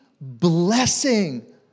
blessing